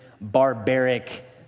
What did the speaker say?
barbaric